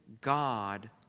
God